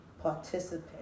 Participant